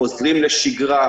חוזרת לשגרה.